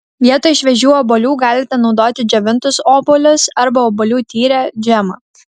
vietoj šviežių obuolių galite naudoti džiovintus obuolius arba obuolių tyrę džemą